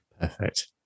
Perfect